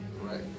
Right